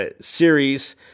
series